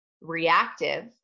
reactive